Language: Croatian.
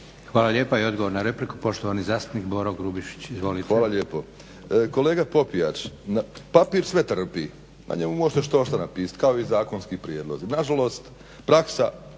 Hvala lijepa. I odgovor na repliku poštovani zastupnik Boro Grubišić. Izvolite. **Grubišić, Boro (HDSSB)** Hvala lijepo. Kolega Popijač, papir sve trpi, na njemu možete štošta napisati kao i zakonski prijedlozi. Na žalost praksa